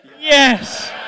Yes